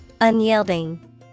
Unyielding